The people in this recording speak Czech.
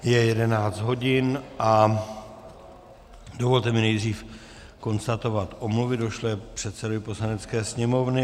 Je 11 hodin a dovolte mi nejdřív konstatovat omluvy došlé předsedovi Poslanecké sněmovny.